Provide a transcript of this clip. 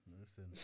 Listen